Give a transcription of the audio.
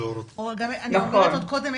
אני אומרת עוד קודם,